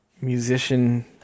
musician